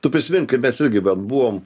tu prisimink kai mes irgi vat buvom